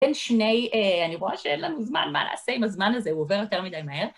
בין שני, אני רואה שאין לנו זמן מה לעשה עם הזמן הזה, הוא עובר יותר מדי מהר.